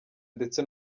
ndetse